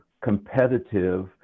competitive